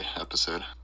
episode